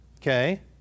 Okay